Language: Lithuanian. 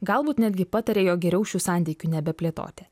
galbūt netgi pataria jog geriau šių santykių nebeplėtoti